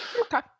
okay